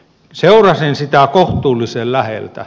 seurasin sitä kohtuullisen läheltä